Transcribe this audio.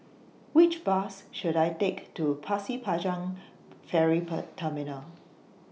Which Bus should I Take to Pasir Panjang Ferry Terminal